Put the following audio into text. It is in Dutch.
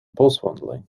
boswandeling